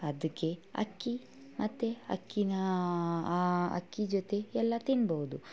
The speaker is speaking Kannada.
ಅದಕ್ಕೆ ಅಕ್ಕಿ ಮತ್ತೆ ಅಕ್ಕಿನ ಆ ಅಕ್ಕಿ ಜೊತೆ ಎಲ್ಲ ತಿನ್ಬೋದು